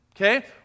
okay